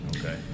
Okay